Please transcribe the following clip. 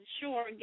sure